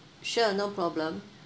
sure no problem